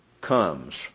comes